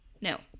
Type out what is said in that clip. No